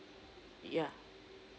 yeah